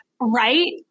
Right